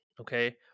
Okay